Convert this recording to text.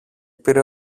πήρε